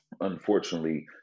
Unfortunately